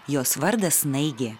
jos vardas snaigė